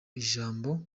ijambo